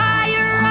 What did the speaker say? Fire